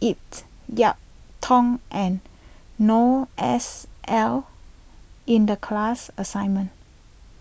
it Yiu Tung and Noor S L in the class assignment